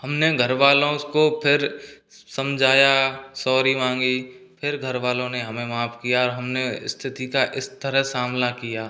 हमने घर वालों को फिर समझाया सॉरी मांगी फिर घर वालों ने हमें माफ किया और हमने स्थिति का इस तरह सामना किया